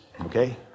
okay